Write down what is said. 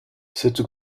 cette